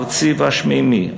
הארצי והשמימי,